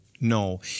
No